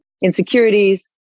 insecurities